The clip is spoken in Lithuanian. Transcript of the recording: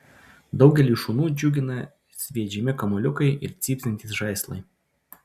daugelį šunų džiugina sviedžiami kamuoliukai ir cypsintys žaislai